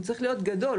הוא צריך להיות גדול.